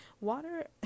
water